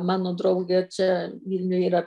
mano draugė čia vilniuj yra